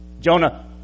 Jonah